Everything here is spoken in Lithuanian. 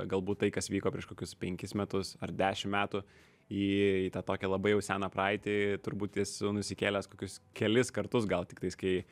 galbūt tai kas vyko prieš kokius penkis metus ar dešimt metų į į tą tokią labai jau seną praeitį turbūt esu nusikėlęs kokius kelis kartus gal tiktais kai